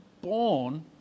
born